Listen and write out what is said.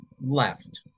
left